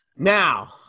Now